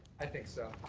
i think so.